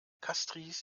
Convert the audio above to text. castries